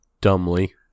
dumbly